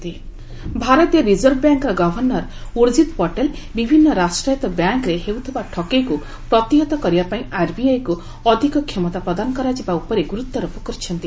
Urjit Patel PNB scam ଭାରତୀୟ reserve ବ୍ୟାଙ୍କର governor Urjit Patel ବିଭିନ୍ନ ରାଷ୍ଟ୍ରାୟତ୍ତ ବ୍ୟାଙ୍କରେ ହେଉଥିବା ଠକେଇକୁ ପ୍ରତିହତ କରିବା ପାଇଁ ଆର୍ବିଆଇକୁ ଅଧିକ କ୍ଷମତା ପ୍ରଦାନ କରାଯିବା ଉପରେ ଗୁରୁତ୍ୱାରୋପ କରିଛନ୍ତି